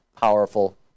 powerful